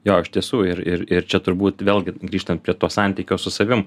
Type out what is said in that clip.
jo iš tiesų ir ir ir čia turbūt vėlgi grįžtant prie to santykio su savim